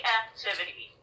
activity